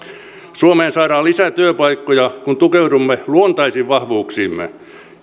suomeen saadaan lisää työpaikkoja kun tukeudumme luontaisiin vahvuuksiimme